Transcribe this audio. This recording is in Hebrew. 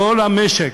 וכל המשק,